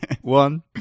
one